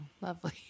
lovely